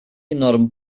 enorme